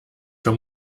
für